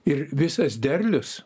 ir visas derlius